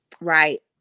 Right